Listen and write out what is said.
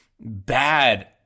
bad